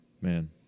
Man